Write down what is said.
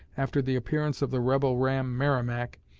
after the appearance of the rebel ram merrimac,